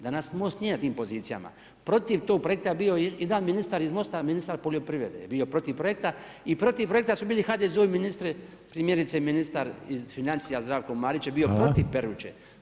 Danas Most nije na tim pozicijama, protiv tog projekta je bio jedan ministar iz Most-a ministar poljoprivrede je bio protiv projekta i protiv projekta su bili HDZ-ovi ministri primjerice ministar financija Zdravo Marić je bio protiv Peruće.